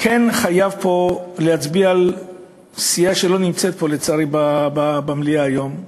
אני חייב להצביע על סיעה שלא נמצאת פה במליאה היום,